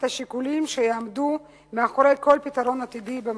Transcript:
השיקולים שיעמדו מאחורי כל פתרון עתידי למשבר.